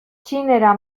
txinera